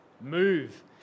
move